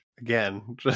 again